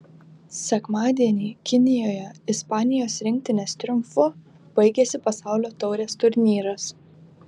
sekmadienį kinijoje ispanijos rinktinės triumfu baigėsi pasaulio taurės turnyras